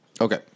Okay